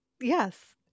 Yes